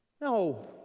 no